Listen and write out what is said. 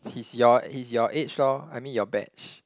he's your he's your age lor I mean your batch